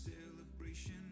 celebration